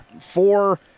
Four